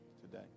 today